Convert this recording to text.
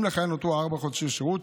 אם לחייל נותרו ארבעה חודשי שירות,